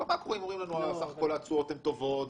ובמקרו אומרים לנו שבסך הכול התשואות הן טובות,